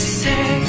say